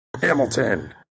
Hamilton